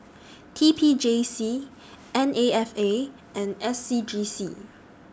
T P J C N A F A and S C G C